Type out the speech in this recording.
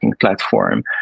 platform